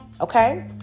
okay